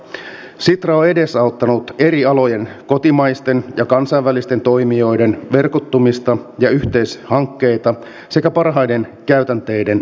sitra on edesauttanut eri alojen kotimaisten ja kansainvälisten toimijoiden verkottumista ja yhteishankkeita sekä parhaiden käytänteiden levittämistä